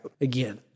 Again